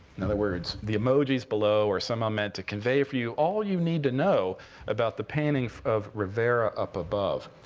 in other words, the emojis below are somehow meant to convey for you all you need to know about the painting of rivera up above.